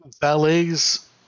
Ballet's